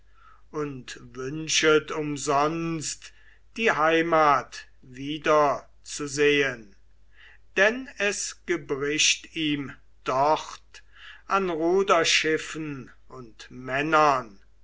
und wünschet umsonst die heimat wiederzusehen denn es gebricht ihm dort an ruderschiffen und männern